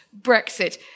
Brexit